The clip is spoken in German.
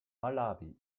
malawi